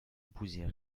épouser